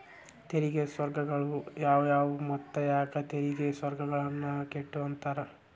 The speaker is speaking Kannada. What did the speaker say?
ತೆರಿಗೆ ಸ್ವರ್ಗಗಳು ಯಾವುವು ಮತ್ತ ಯಾಕ್ ತೆರಿಗೆ ಸ್ವರ್ಗಗಳನ್ನ ಕೆಟ್ಟುವಂತಾರ